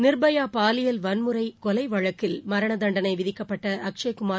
நிர்பயா பாலியல் வன்முறை கொலை வழக்கில் மரண தண்டனை விதிக்கப்பட்ட அக்ஷய்குமார்